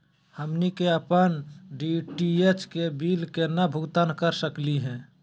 हमनी के अपन डी.टी.एच के बिल केना भुगतान कर सकली हे?